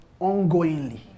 ongoingly